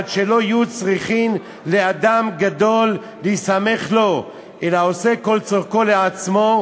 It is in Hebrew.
עד שלא יהיו צריכים לאדם גדול להיסמך לו אלא עושה כל צורכו לעצמו,